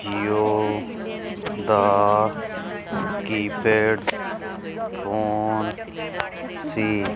JIO ਦਾ keypad phone ਸੀ